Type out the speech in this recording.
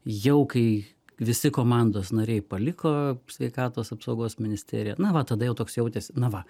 jau kai visi komandos nariai paliko sveikatos apsaugos ministeriją na va tada jau toks jautėsi na va